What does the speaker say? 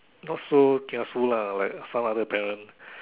not so kiasu lah like some other parents